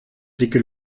dicke